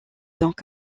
donc